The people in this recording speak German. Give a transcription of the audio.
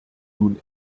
nun